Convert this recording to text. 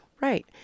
Right